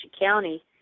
County